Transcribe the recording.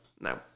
now